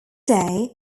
day